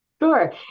Sure